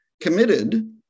committed